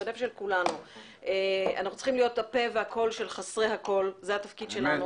אנחנו צריכים להיות הפה והקול של חסרי הקול זה התפקיד שלנו